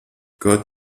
gott